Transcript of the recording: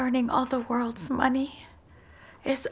earning all the world's money is